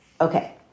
Okay